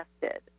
tested